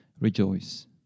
rejoice